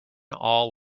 all